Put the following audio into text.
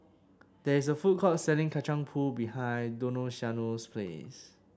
there is a food court selling Kacang Pool behind Donaciano's place